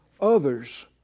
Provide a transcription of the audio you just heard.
others